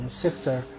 sector